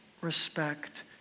respect